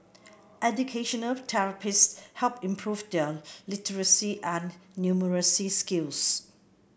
educational therapists helped improve their literacy and numeracy skills